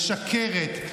משקרת,